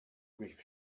grief